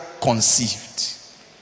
conceived